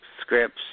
scripts